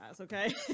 okay